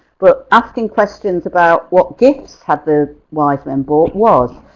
but asking questions about what gifts have the wise men brought was.